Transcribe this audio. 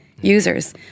users